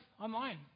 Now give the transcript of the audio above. online